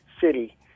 City